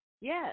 yes